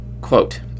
quote